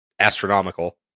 Astronomical